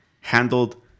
handled